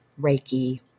reiki